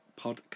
podcast